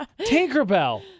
Tinkerbell